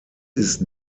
ist